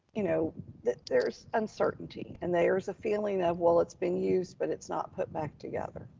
you know that there's uncertainty and there's a feeling of, well, it's been used, but it's not put back together.